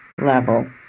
level